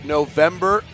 November